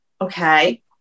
okay